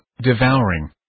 devouring